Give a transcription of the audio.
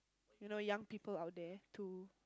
you know young people out there to